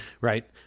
right